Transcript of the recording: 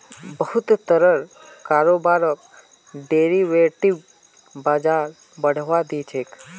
बहुत तरहर कारोबारक डेरिवेटिव बाजार बढ़ावा दी छेक